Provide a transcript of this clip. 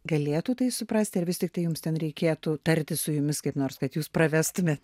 galėtų tai suprast ar vis tiktai jums ten reikėtų tartis su jumis kaip nors kad jūs pravestumėt